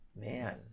man